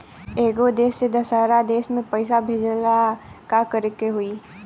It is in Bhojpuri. एगो देश से दशहरा देश मे पैसा भेजे ला का करेके होई?